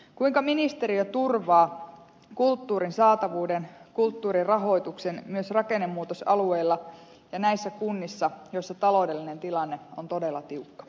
kuinka ministeriö turvaa kulttuurin saatavuuden kulttuurirahoituksen myös rakennemuutosalueilla ja näissä kunnissa joissa taloudellinen tilanne on todella tiukka